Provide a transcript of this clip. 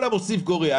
כל המוסיף גורע.